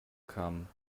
come